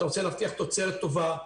אתה רוצה להבטיח תוצרת טובה,